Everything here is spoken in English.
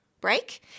break